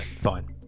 fine